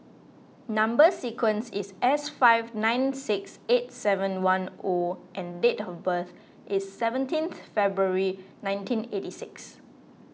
Number Sequence is S four five nine six eight seven one O and date of birth is seventeenth February nineteen eighty six